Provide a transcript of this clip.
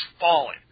falling